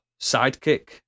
sidekick